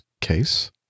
case